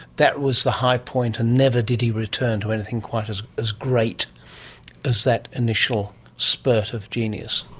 that was the high point and never did he return to anything quite as as great as that initial spurt of genius?